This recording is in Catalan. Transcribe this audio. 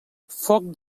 foc